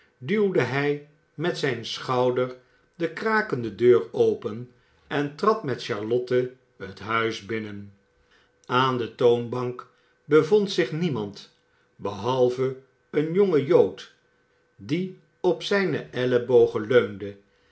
duwde hij met zijn schouder de krakende deur open en trad met charlotte het huis binnen aan de toonbank bevond zich niemand behalve een jonge jood die op zijne ellebogen leunde